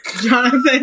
Jonathan